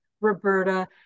Roberta